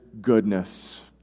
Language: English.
goodness